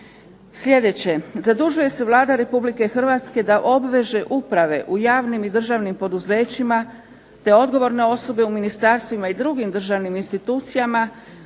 Sljedeće, zadužuje se Vlada Republike Hrvatske da obveže uprave u javnim i državnim poduzećima te odgovorne osobe u ministarstvima i drugim državnim institucijama